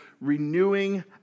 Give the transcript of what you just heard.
renewing